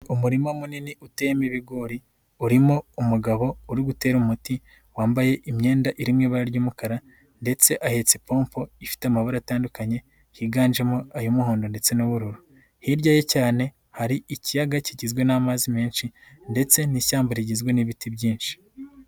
Umurima munini utemo ibigori urimo umugabo uri gutera umuti wambaye imyenda iri mu ibara ry'umukara ndetse ahetse ipompo ifite amabara atandukanye higanjemo ay'umuhondo ndetse n'ubururu, hirya ye cyane hari ikiyaga kigizwe n'amazi menshi ndetse n'ishyamba rigizwe n'ibiti byinshi.